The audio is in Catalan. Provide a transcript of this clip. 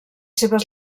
seves